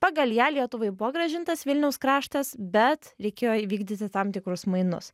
pagal ją lietuvai buvo grąžintas vilniaus kraštas bet reikėjo įvykdyti tam tikrus mainus